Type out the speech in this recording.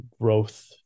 growth